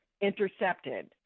intercepted